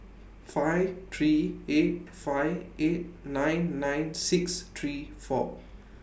five three eight five eight nine nine six three four